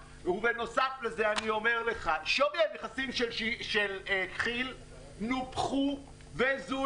בנוסף לזה אני אומר לך שווי הנכסים של כי"ל נופחו וזויפו.